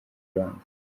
rwanda